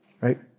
Right